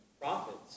prophets